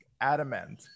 adamant